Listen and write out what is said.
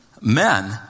men